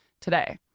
today